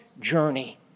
journey